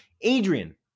Adrian